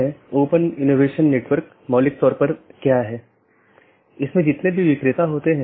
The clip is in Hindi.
इसलिए सूचनाओं को ऑटॉनमस सिस्टमों के बीच आगे बढ़ाने का कोई रास्ता होना चाहिए और इसके लिए हम BGP को देखने की कोशिश करते हैं